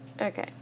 okay